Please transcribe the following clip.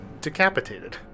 decapitated